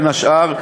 בין השאר,